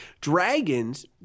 dragons